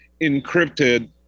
encrypted